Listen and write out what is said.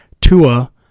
Tua